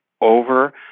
over